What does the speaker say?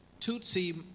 Tutsi